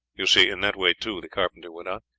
you see, in that way, too, the carpenter went on,